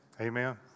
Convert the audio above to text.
Amen